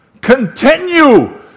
Continue